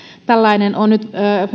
tällainen on nyt